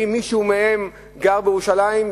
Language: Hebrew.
האם מישהו מהם גר בירושלים,